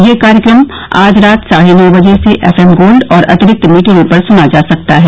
यह कार्यक्रम आज रात साढे नौ बजे से एफएम गोल्ड और अतिरिक्त मीटरों पर सुना जा सकता है